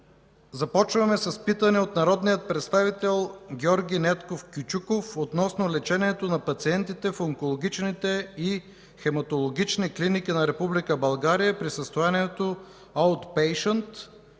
Започваме с питане от народния представител Георги Недков Кючуков относно лечение на пациентите в онкологичните и хематологични клиники на Република България при състоянието „аутпейшънт”,